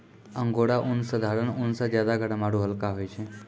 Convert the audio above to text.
angora ऊन साधारण ऊन स ज्यादा गर्म आरू हल्का होय छै